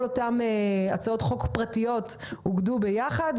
כל אותן הצעות חוק פרטיות אוגדו ביחד,